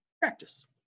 practice